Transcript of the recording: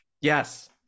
yes